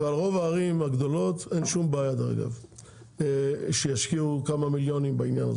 אבל ברוב הערים הגדולות אין שום בעיה שישקיעו כמה מיליונים בעניין הזה.